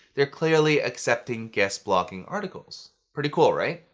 they're clearly accepting guest blogging articles. pretty cool, right?